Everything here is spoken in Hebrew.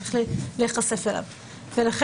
הולכים למערכת בחירות שמתנהלת בצורה תקינה.